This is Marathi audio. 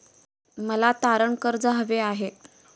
मला तारण कर्ज हवे आहे